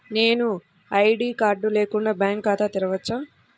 నేను ID card లేకుండా bank ఖాతా తెరవచ్చా?